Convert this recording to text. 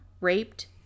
raped